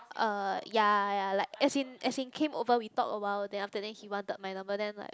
uh ya ya like as in as in came over we talk awhile then after that then he wanted my number then like